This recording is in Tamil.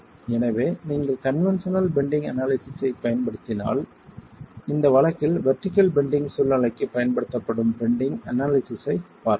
எனவே நீங்கள் கன்வென்ஷனல் பெண்டிங் அனாலிசிஸ் ஐப் பயன்படுத்தினால் இந்த வழக்கில் வெர்டிகள் பெண்டிங் சூழ்நிலைக்கு பயன்படுத்தப்படும் பெண்டிங் அனாலிசிஸ் ஐப் பார்த்தோம்